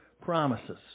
promises